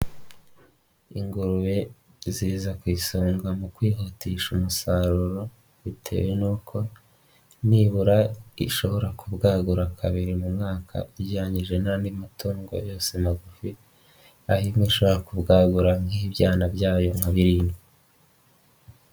Ingurube ziza ku isonga mu kwihutisha umusaruro bitewe n'uko nibura ishobora kubwagura kabiri mu mwaka ugereyije n'andi matungo yose magufi, aho imwe ishobora kubwagura nk'ibyana byayo nka birindwi.